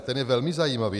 Ten je velmi zajímavý.